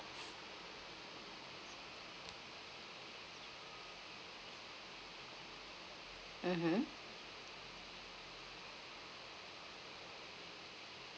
mmhmm